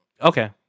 Okay